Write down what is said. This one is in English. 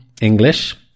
English